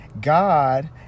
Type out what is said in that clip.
God